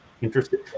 interested